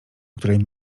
której